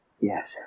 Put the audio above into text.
Yes